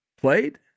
played